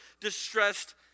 distressed